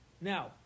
Now